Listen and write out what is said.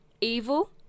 Evil